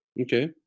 Okay